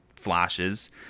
flashes